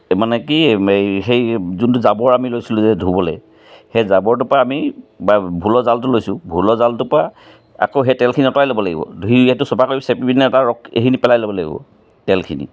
তে মানে কি এই সেই যোনটো জাবৰ আমি লৈছিলোঁ যে ধুবলৈ সেই জাবৰটোৰ পৰা আমি বাৰু ভোলৰ জালটো লৈছোঁ ভোলৰ জালটোৰ পৰা আকৌ সেই তেলখিনি আঁতৰাই ল'ব লাগিব ধুই সেইটো চাফা কৰি চেপি পিনে তাৰ ৰস সেইখিনি পেলাই ল'ব লাগিব তেলখিনি